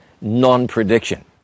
non-prediction